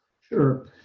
Sure